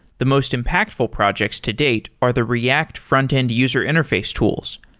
the most impactful projects to date are the react frontend user interface tools,